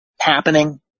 happening